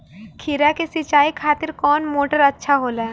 खीरा के सिचाई खातिर कौन मोटर अच्छा होला?